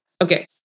Okay